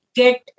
get